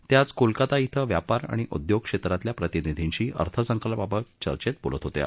त्या आज कोलकाता श्वे व्यापार आणि उद्योग क्षेत्रातल्या प्रतिनिधींशी अर्थसंकल्पाबाबत चर्चेत बोलत होत्या